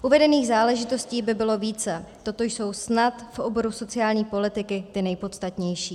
Uvedených záležitostí by bylo více, toto jsou snad v oboru sociální politiky ty nejpodstatnější.